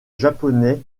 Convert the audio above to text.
japonais